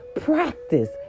Practice